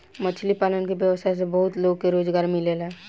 मछली पालन के व्यवसाय से बहुत लोग के रोजगार मिलेला